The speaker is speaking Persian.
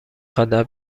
خواد، از